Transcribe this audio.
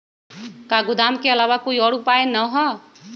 का गोदाम के आलावा कोई और उपाय न ह?